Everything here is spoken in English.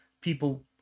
people